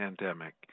pandemic